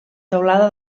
teulada